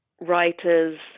writers